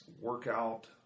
workout